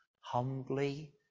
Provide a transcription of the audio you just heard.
Humbly